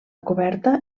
coberta